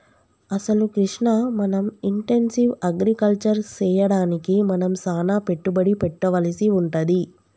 అసలు కృష్ణ మనం intensive agriculture సెయ్యడానికి మనం సానా పెట్టుబడి పెట్టవలసి వుంటది